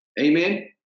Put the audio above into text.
Amen